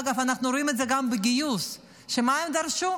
אגב, אנחנו רואים את זה גם בגיוס, מה הם דרשו?